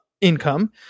income